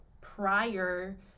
prior